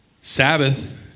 Sabbath